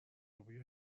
بوی